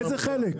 איזה חלק?